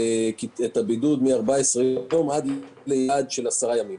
הבידוד מ-14 יום עד ליעד של 10 ימים.